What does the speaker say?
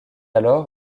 alors